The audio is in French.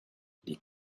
les